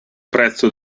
prezzo